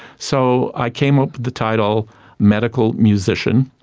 so i came up with the title medical musician,